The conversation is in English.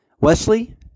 Wesley